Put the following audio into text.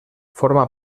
forma